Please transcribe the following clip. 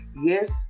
Yes